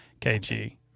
KG